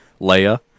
leia